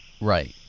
right